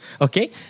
Okay